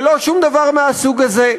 ולא שום דבר מהסוג הזה,